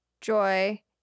joy